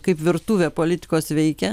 kaip virtuvė politikos veikia